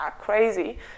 crazy